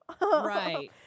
right